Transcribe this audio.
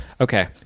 Okay